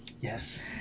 yes